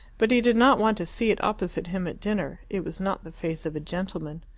but he did not want to see it opposite him at dinner. it was not the face of a gentleman.